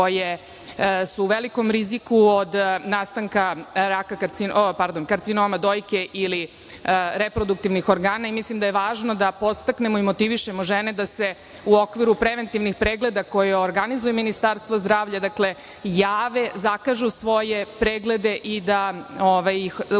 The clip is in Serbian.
koje su u velikom riziku od nastanka karcinoma dojke ili reproduktivnih organa i mislim da je važno da podstaknemo i motivišemo žene da se u okviru preventivnih pregleda koje organizuje Ministarstvo zdravlja jave, zakažu svoje preglede i da u